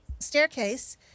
Staircase